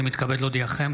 אני מתכבד להודיעכם,